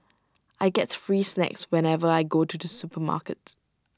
I get free snacks whenever I go to the supermarket